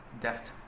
Deft